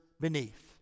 beneath